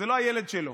זה לא הילד שלו.